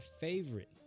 favorite